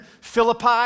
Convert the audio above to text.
Philippi